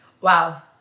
Wow